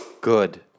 good